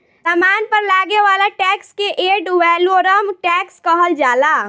सामान पर लागे वाला टैक्स के एड वैलोरम टैक्स कहल जाला